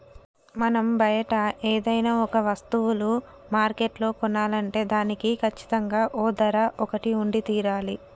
మనం బయట ఏదైనా ఒక వస్తువులు మార్కెట్లో కొనాలంటే దానికి కచ్చితంగా ఓ ధర ఒకటి ఉండి తీరాలి